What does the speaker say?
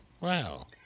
Wow